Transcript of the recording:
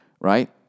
right